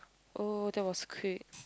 oh that was quick